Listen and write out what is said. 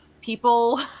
people